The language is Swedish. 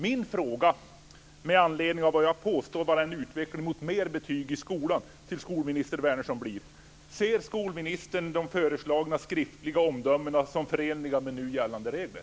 Min fråga till skolminister Wärnersson, med anledning av vad jag påstår vara en utveckling mot mer betyg i skolan, blir således: Ser skolministern de föreslagna skriftliga omdömena som förenliga med nu gällande regler?